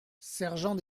sergent